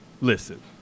Listen